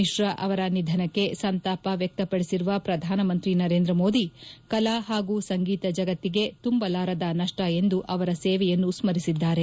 ಮಿಶ್ರಾ ಅವರ ನಿಧನಕ್ಕೆ ಸಂತಾಪ ವ್ಯಕ್ತಪದಿಸಿರುವ ಪ್ರಧಾನಮಂತ್ರಿ ನರೇಂದ್ರ ಮೋದಿ ಕಲಾ ಹಾಗೂ ಸಂಗೀತ ಜಗತ್ತಿಗೆ ತುಂಬಲಾರದ ನಷ್ನ ಎಂದು ಅವರ ಸೇವೆಯನ್ನು ಸ್ಕರಿಸಿದ್ದಾರೆ